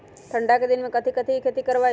ठंडा के दिन में कथी कथी की खेती करवाई?